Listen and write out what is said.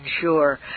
sure